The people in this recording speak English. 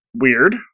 weird